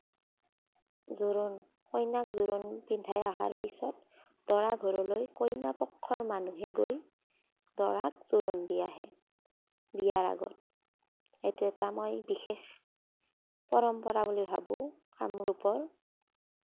জোৰোণ কইনাক জোৰোণ পিন্ধায় অহাৰ পিছত দৰা ঘৰলৈ কইনা পক্ষৰ মানুহে গৈ দৰাক জোৰোণ দি আহে বিয়াৰ আগত সেইটো এটা মই বিশেষ পৰম্পৰা বুলি ভাবোঁ কামৰূপৰ